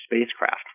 spacecraft